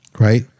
Right